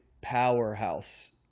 powerhouse